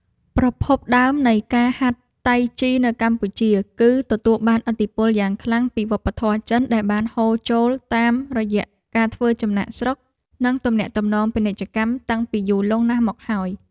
ប្រភពដើមនៃការហាត់តៃជីនៅកម្ពុជា គឺទទួលបានឥទ្ធិពលយ៉ាងខ្លាំងពីវប្បធម៌ចិនដែលបានហូរចូលតាមរយៈការធ្វើចំណាកស្រុក និងទំនាក់ទំនងពាណិជ្ជកម្មតាំងពីយូរលង់ណាស់មកហើយ។